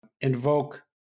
invoke